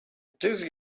this